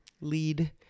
lead